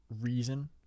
reason